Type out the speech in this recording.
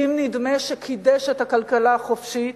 ואם נדמה שקידש את הכלכלה החופשית,